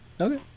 okay